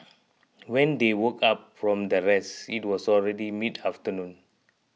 when they woke up from their rest it was already mid afternoon